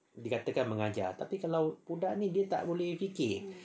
dikatakan mengajar tapi kalau budak ni dia tak boleh fikir